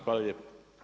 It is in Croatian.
Hvala lijepo.